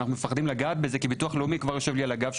כי ביטוח לאומי יושב לי על הגב,